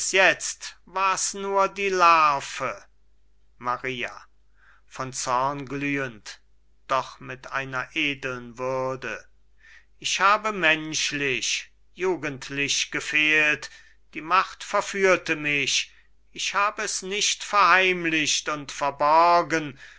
jetzt war's nur die larve maria von zorn glühend doch mit einer edeln würde ich habe menschlichm jugendlich gefehlt die macht verführte mich ich hab es nicht verheimlicht und verborgen